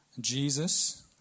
Jesus